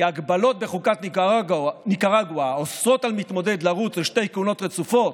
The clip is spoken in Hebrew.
שההגבלות בחוקת ניקרגואה האוסרות על מתמודד לרוץ לשתי כהונות רצופות,